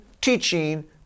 teaching